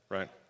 Right